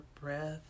breath